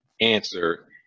answer